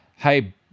Hey